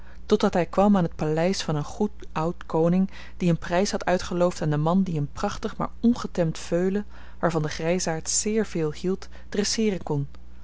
totdat hij kwam aan het paleis van een goed oud koning die een prijs had uitgeloofd aan den man die een prachtig maar ongetemd veulen waarvan de grijsaard zeer veel hield dresseeren kon